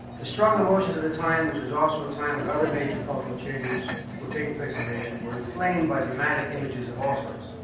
the strong emotions of the time, which was also a time when other major cultural changes were taking place in the nation, were inflamed by dramatic images of all sorts.